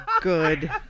good